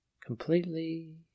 Completely